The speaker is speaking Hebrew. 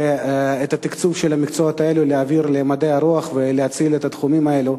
ואת התקצוב של המקצועות האלה להעביר למדעי הרוח ולהציל את התחומים האלה,